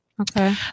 Okay